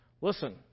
Listen